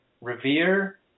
revere